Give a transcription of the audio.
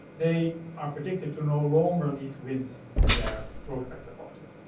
they are predicted to no longer need wnt in their growth factor cocktail.